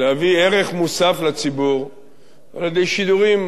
להביא ערך מוסף לציבור על-ידי שידורים